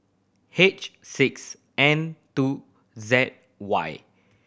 H six N two Z Y